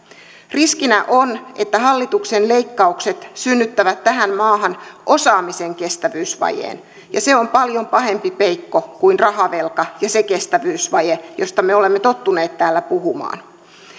riskinä on että hallituksen leikkaukset synnyttävät tähän maahan osaamisen kestävyysvajeen se on paljon pahempi peikko kuin rahavelka ja se kestävyysvaje josta me olemme tottuneet täällä puhumaan